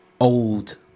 old